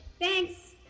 Thanks